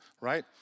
right